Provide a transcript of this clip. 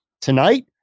tonight